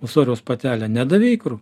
ūsoriaus patelė nedavė ikrų